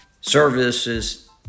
services